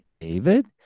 David